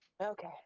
Okay